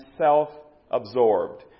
self-absorbed